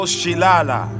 Shilala